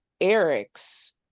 eric's